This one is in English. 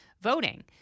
voting